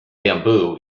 bamboo